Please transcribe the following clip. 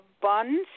buns